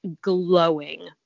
glowing